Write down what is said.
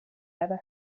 ever